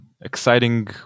exciting